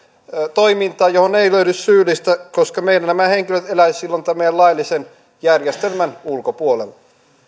toimintaa johon ei löydy syyllistä koska meillä nämä henkilöt eläisivät silloin tämän meidän laillisen järjestelmän ulkopuolella